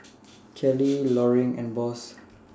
Kelly Loring and Boss